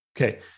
Okay